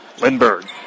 Lindbergh